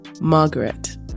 margaret